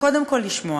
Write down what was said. קודם כול לשמוע